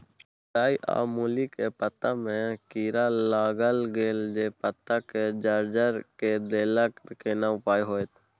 मूरई आ मूली के पत्ता में कीरा लाईग गेल जे पत्ता के जर्जर के देलक केना उपाय होतय?